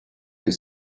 que